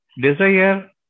desire